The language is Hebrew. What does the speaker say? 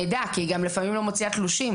שנדע את זה כי לפעמים היא גם לא מוציאה תלושים.